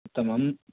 उत्तमं